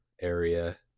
area